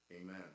Amen